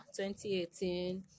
2018